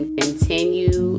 continue